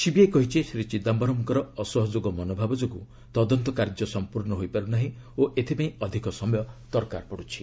CBI କହିଛି ଶ୍ରୀ ଚିଦାୟରମ୍ଙ୍କର ଅସହଯୋଗ ମନୋଭାବ ଯୋଗୁଁ ତଦନ୍ତ କାର୍ଯ୍ୟ ସମ୍ପର୍ଶ୍ଣ ହୋଇପାରୁ ନାହିଁ ଓ ଏଥିପାଇଁ ଅଧିକ ସମୟ ଦରକାର ପଡ଼ୁଛି